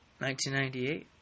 1998